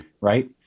Right